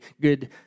good